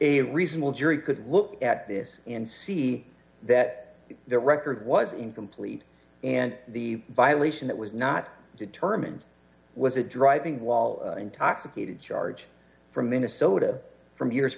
a reasonable jury could look at this and see that their record was incomplete and the violation that was not determined was a driving while intoxicated charge from minnesota from years